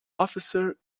officer